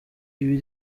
ibi